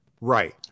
Right